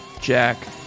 Jack